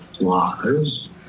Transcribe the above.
laws